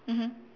mmhmm